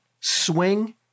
swing